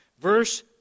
Verse